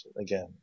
again